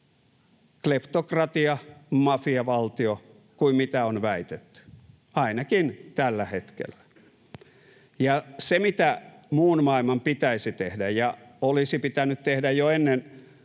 kleptokratia, mafiavaltio kuin mitä on väitetty, ainakin tällä hetkellä. Ja se, mitä muun maailman pitäisi tehdä ja olisi pitänyt tehdä jo ennen